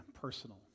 personal